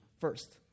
first